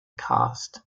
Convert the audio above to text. caste